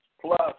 Plus